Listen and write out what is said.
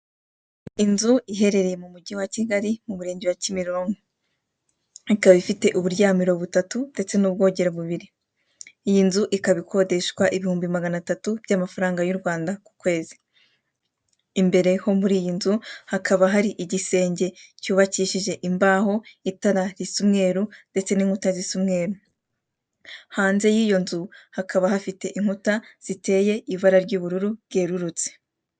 Inzu iherereye mu mujyi wa Kigali mu murenge wa Kimirongo. Ikaba ifite uburyamiro butatu ndetse n'ubwogero bubiri. Iyi nzu ikaba ikodeshwa ibihumbi magana atatu by'amafuranga y'u Rwanda ku kwezi. Imbere ho muri iyi nzu hakaba hari igisenge cyubakishije imbaho, itara risa umweru ndetse n'inkuta zisa umweru. Hanze y'iyo nzu hakaba hafite inkuta ziteye ibara ry'ubururu bwerurutse.